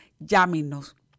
Llámenos